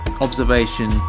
observation